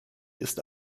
ist